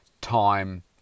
time